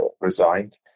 resigned